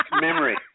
Memory